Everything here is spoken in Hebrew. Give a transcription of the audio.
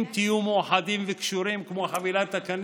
אם תהיו מאוחדים וקשורים כמו חבילת הקנים,